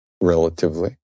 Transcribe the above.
relatively